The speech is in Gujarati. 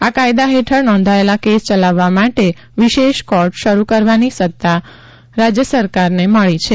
આ કાયદા હેઠળ નોંધાયેલા કેસ ચલાવવા માટે વિશેષ કોર્ટ શરૂ કરવાની સત્તા રાજયને મળી છે